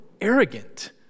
arrogant